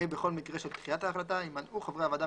(ה)בכל מקרה של דחיית ההחלטה יימנעו חברי הוועדה